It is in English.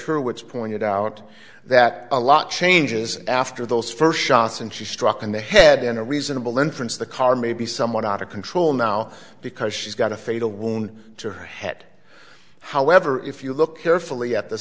wits pointed out that a lot changes after those first shots and she struck in the head in a reasonable entrance the car may be somewhat out of control now because she's got a fatal wound to her head however if you look carefully at the